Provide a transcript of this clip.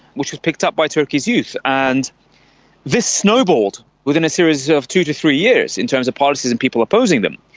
which was picked up by turkey's youth. and this snowballed within a series of two to three years in terms of partisan people opposing them.